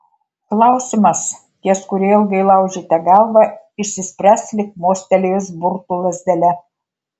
klausimas ties kuriuo ilgai laužėte galvą išsispręs lyg mostelėjus burtų lazdele